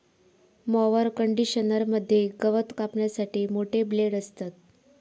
mower conditioner मध्ये गवत कापण्यासाठी मोठे ब्लेड असतत